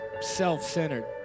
self-centered